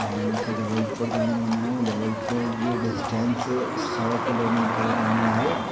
और मूंखे जबलपुर ताणी वञिणो आहे जबलपुर जी डिस्टेंस सौ किलोमीटर ताणी आहे